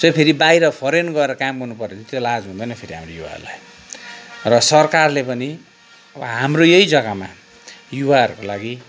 चाहिँ फेरि बाहिर फरेन गएर काम गर्न पऱ्यो भने त्यो लाज हुँदैन हाम्रो युवाहरूलाई र सरकारले पनि अब हाम्रो यही जगामा युवाहरूको लागि